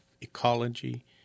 ecology